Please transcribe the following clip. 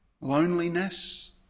loneliness